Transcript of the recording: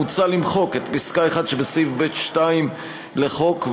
מוצע למחוק את פסקה (1) שבסעיף 92(ב2) לחוק,